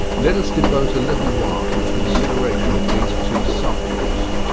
let us devote a little while to the consideration of these two subjects.